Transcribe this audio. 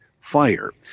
fire